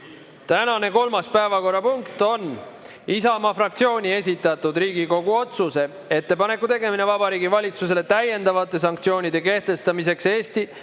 Tänane kolmas päevakorrapunkt on Isamaa fraktsiooni esitatud Riigikogu otsuse "Ettepaneku tegemine Vabariigi Valitsusele täiendavate sanktsioonide kehtestamiseks Vene